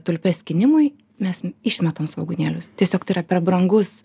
tulpes skynimui mes išmetam svogūnėlius tiesiog tai yra per brangus